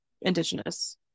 indigenous